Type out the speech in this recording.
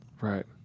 Right